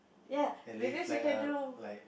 ya because you can do